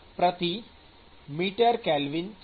K છે